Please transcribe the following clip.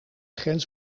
grens